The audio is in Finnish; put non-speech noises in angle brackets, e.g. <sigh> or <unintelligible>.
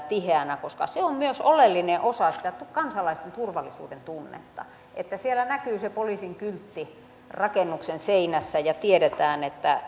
<unintelligible> tiheänä koska se on myös oleellinen osa sitä kansalaisten turvallisuudentunnetta että siellä näkyy se poliisin kyltti rakennuksen seinässä ja tiedetään että